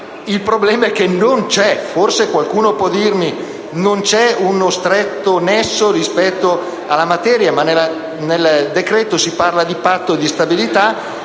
il problema è che non c'è; forse qualcuno può dirmi che non c'è uno stretto nesso rispetto alla materia, ma nel decreto si parla di Patto di stabilità.